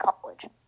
college